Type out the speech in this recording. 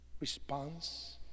response